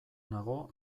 nago